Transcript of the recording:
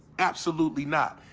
absolutely not,